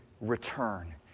return